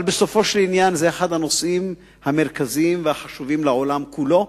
אבל בסופו של דבר זה אחד הנושאים המרכזיים והחשובים לעולם כולו,